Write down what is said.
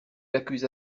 accusa